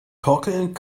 torkelnd